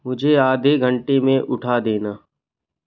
मुझे आधे घंटे में उठा देना